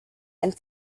and